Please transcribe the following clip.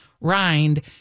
rind